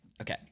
Okay